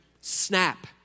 snap